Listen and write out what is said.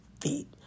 feet